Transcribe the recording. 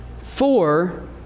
Four